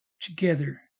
together